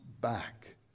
back